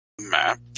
map